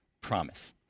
promise